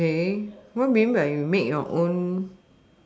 okay what you mean by you make your own